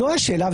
זו השאלה.